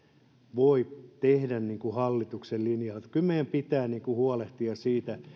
voi tehdä sellaiseksi niin kuin hallituksen linja on kyllä meidän pitää huolehtia siitä